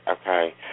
okay